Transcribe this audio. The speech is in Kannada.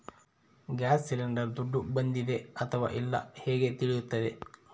ಗ್ಯಾಸ್ ಸಿಲಿಂಡರ್ ದುಡ್ಡು ಬಂದಿದೆ ಅಥವಾ ಇಲ್ಲ ಹೇಗೆ ತಿಳಿಯುತ್ತದೆ?